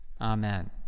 amen